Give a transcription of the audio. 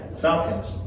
Falcons